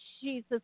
Jesus